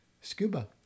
scuba